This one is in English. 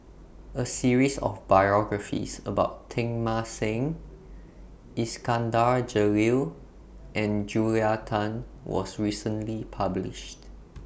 A series of biographies about Teng Mah Seng Iskandar Jalil and Julia Tan was recently published